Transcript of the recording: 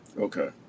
Okay